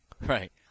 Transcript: Right